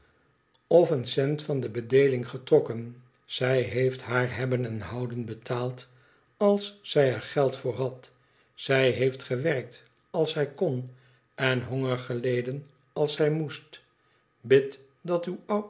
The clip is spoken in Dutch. of een cent van de bedeeling getrokken zij heeft haar hebben en houden betaald als zij er geld voor had zij heeft gewerkt als zij kon en honger geleden als zij moest bid dat uw